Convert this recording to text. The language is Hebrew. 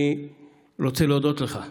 אני רוצה להודות לך בשמי,